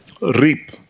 reap